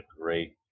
great